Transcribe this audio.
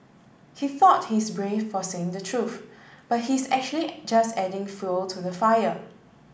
he thought he's brave for saying the truth but he's actually just adding fuel to the fire